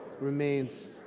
remains